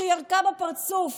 שירקה בפרצוף